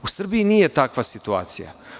U Srbiji nije takva situacija.